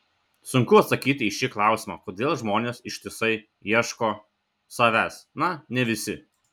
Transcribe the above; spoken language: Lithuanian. sunku atsakyti į šį klausimą kodėl žmonės ištisai ieško savęs na ne visi